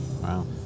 Wow